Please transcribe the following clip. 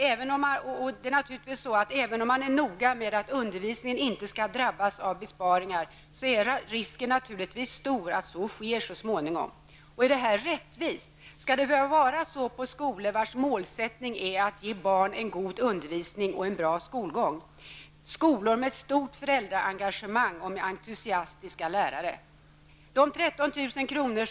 Även om man är noga med att undervisningen inte skall drabbas av besparingar, är risken naturligtvis stor att så sker så småningom. Är detta rättvist? Skall det behöva vara så på skolor, vars målsättning är att ge barn en god undervisning och en bra skolgång, skolor med stort föräldraengagemang och entusiastiska lärare? De 13 000 kr.